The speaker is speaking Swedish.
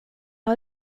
har